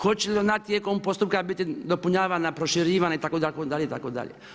Hoće li ona tijekom postupka biti dopunjavanja proširivan itd., itd.